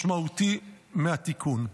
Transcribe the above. הוא חלק משמעותי מהתיקון.